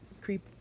Creep